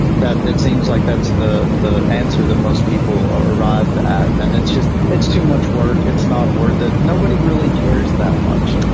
that it seems like that's the the answer that most people arrived at. and it's just, it's too much work, it's not worth it. nobody really cares that much.